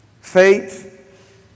Faith